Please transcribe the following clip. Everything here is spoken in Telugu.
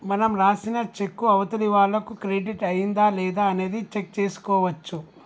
మనం రాసిన చెక్కు అవతలి వాళ్లకు క్రెడిట్ అయ్యిందా లేదా అనేది చెక్ చేసుకోవచ్చు